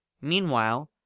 Meanwhile